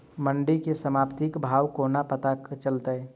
मंडी केँ साप्ताहिक भाव कोना पत्ता चलतै?